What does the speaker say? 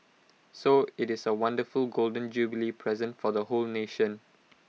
so IT is A wonderful Golden Jubilee present for the whole nation